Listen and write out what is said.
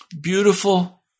beautiful